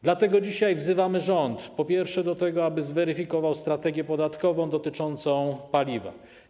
Dlatego dzisiaj wzywamy rząd, po pierwsze, do tego, aby zweryfikował strategię podatkową dotyczącą paliwa.